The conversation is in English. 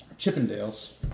Chippendales